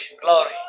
glory